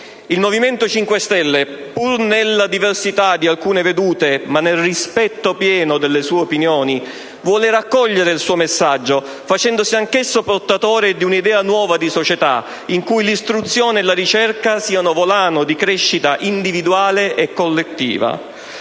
Il Movimento 5 Stelle, pur nella diversità di alcune vedute, ma nel rispetto pieno delle sue opinioni, vuole raccogliere il suo messaggio facendosi anch'esso portatore di un'idea nuova di società, in cui l'istruzione e la ricerca siano volano di crescita individuale e collettiva.